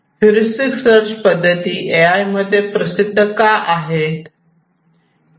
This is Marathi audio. ह्युरिस्टिक सर्च पद्धती ए आय मध्ये प्रसिद्ध काआहेत